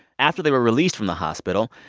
after they were released from the hospital,